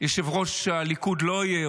יושב-ראש הליכוד לא יהיה,